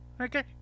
Okay